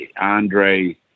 Andre